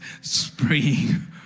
Spring